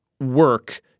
work